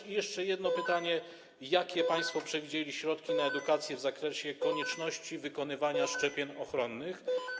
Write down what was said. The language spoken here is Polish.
I jeszcze jedno pytanie: Jakie państwo przewidzieli środki na edukację w zakresie konieczności wykonywania szczepień ochronnych?